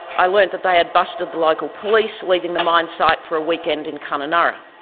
i learnt that they had busted the local police leaving the mine site for a weekend in kununurra.